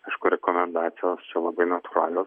aišku rekomendacijos čia labai natūralio